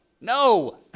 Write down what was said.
No